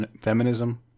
feminism